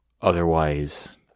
otherwise